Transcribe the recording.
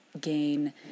gain